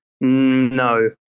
No